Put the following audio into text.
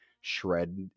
shred